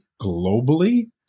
globally